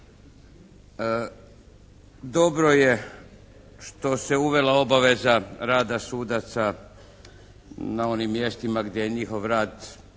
Dobro je što se uvela obaveza rada sudaca na onim mjestima gdje je njihov rad